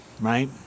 right